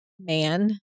man